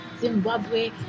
Zimbabwe